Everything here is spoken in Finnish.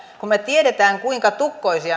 kun me tiedämme kuinka tukkoinen